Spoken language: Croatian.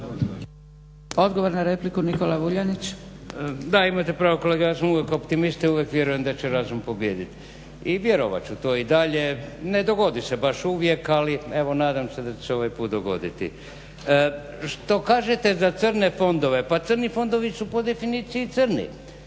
- Stranka rada)** Da imate pravo kolega ja sam uvijek optimista i uvijek vjerujem da će razum pobijediti. I vjerovat ću to i dalje, ne dogodi se baš uvijek ali evo nadam se da će se ovaj put dogoditi. Što kažete za crne fondove, pa crni fondovi su po definiciji crni.